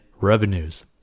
revenues